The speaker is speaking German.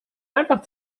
einfach